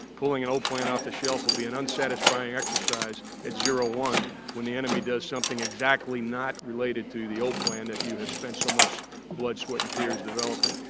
pulling an old plan off the shelf will be an unsatisfying exercise at zero one when the enemy does something exactly not related to the old plan that have spent so much blood, sweat, and tears developing.